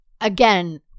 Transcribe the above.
again